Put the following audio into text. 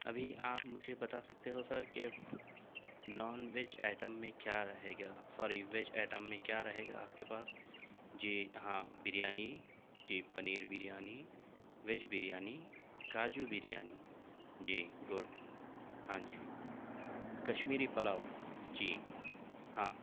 ابھی آپ مجھے بتا سکتے ہو سر کہ نان ویج آئٹم میں کیا رہے گا سوری ویج آئٹم میں کیا رہے گا آپ کے پاس جی ہاں بریانی جی پنیر بریانی ویج بریانی کاجو بریانی جی گڈ ہاں جی کشمیری پلاؤ جی ہاں